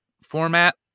format